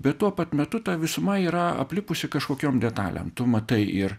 bet tuo pat metu ta visuma yra aplipusi kažkokiom detalėm tu matai ir